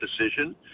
decision